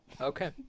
Okay